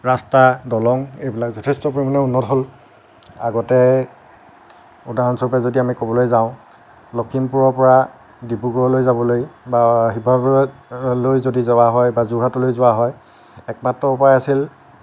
ৰাস্তা দলং এইবিলাক যথেষ্ট পৰিমাণে উন্নত হ'ল আগতে উদাহৰণস্বৰূপে যদি আমি ক'বলৈ যাওঁ লখিমপুৰৰ পৰা ডিব্ৰুগড়লৈ যাবলৈ বা শিৱসাগৰলৈ যদি যোৱা হয় বা যোৰহাটলৈ যোৱা হয় একমাত্ৰ উপায় আছিল